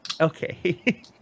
Okay